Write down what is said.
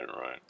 right